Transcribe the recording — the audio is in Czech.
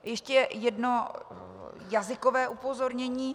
Ještě jedno jazykové upozornění.